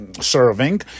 serving